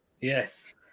Yes